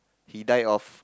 he die of